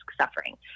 suffering